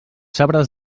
sabres